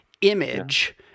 image